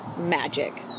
magic